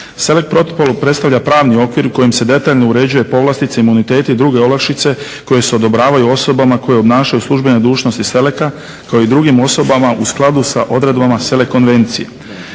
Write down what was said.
SELEC Protokol predstavlja pravni okvir kojim se detaljno uređuje povlastice i imuniteti i druge olakšice koje se odobravaju osobama koje obnašaju službene dužnosti SELEC-a kao i drugim osobama u skladu sa odredbama SELEC konvencije.